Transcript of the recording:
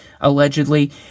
allegedly